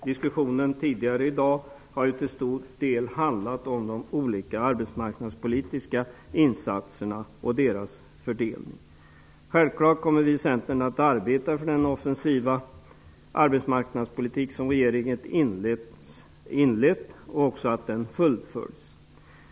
Diskussionen tidigare i dag har till stor del handlat om de arbetsmarknadspolitiska insatserna och deras fördelning. Självfallet kommer Centern att arbeta för att den offensiva arbetsmarknadspolitik som regeringen inlett också fullföljs.